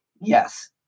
yes